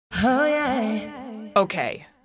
Okay